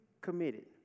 committed